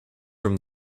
from